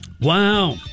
Wow